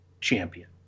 champion